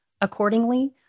accordingly